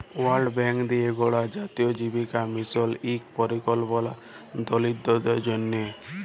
world Bank দিঁয়ে গড়া জাতীয় জীবিকা মিশল ইক পরিকল্পলা দরিদ্দরদের জ্যনহে